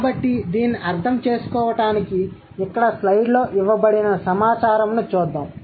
కాబట్టి దీన్ని అర్థం చేసుకోవడానికి ఇక్కడ స్లైడ్లో ఇవ్వబడిన సమాచారంను చూద్దాం